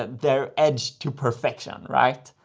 their edge to perfection, right?